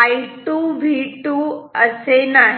I2 V2 असे नाही